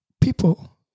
people